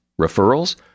Referrals